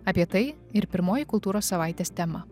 apie tai ir pirmoji kultūros savaitės tema